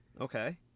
Okay